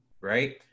right